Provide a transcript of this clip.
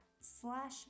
slash